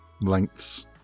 lengths